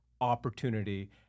opportunity